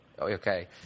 Okay